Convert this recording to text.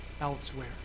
elsewhere